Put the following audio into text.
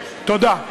תודה.